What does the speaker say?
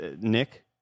Nick